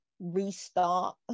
restart